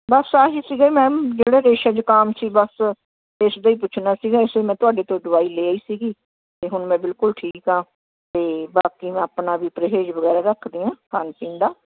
ਬਸ ਆਹੀ ਸੀਗੇ ਮੈਮ ਜਿਹੜੇ ਰੇਸ਼ੇ ਜ਼ੁਕਾਮ ਸੀ ਬਸ ਇਸ ਦਾ ਹੀ ਪੁੱਛਣਾ ਸੀਗਾ ਇਸ ਦੀ ਮੈਂ ਤੁਹਾਡੇ ਤੋਂ ਦਵਾਈ ਲੈ ਆਈ ਸੀਗੀ ਅਤੇ ਹੁਣ ਮੈਂ ਬਿਲਕੁਲ ਠੀਕ ਹਾਂ ਅਤੇ ਬਾਕੀ ਮੈਂ ਆਪਣਾ ਵੀ ਪਰਹੇਜ਼ ਵਗੈਰਾ ਰੱਖਦੀ ਹਾਂ ਖਾਣ ਪੀਣ ਦਾ